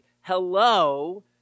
hello